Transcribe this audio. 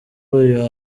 uyu